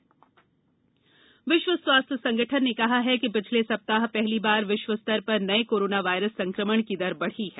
WHO covid विश्व स्वास्थ्य संगठन ने कहा है कि पिछले सप्ताह पहली बार विश्व स्तर पर नए कोरोना वायरस संक्रमण की दर बढ़ी है